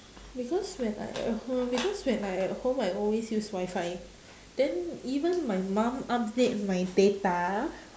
because when I at home because when I at home I always use wifi then even my mum update my data